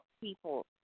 people